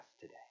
today